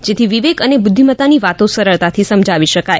જેથી વિવેક અને બુદ્વિમતાની વાતો સરળતાથી સમજાવી શકાય